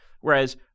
Whereas